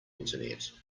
internet